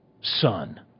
son